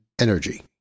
energy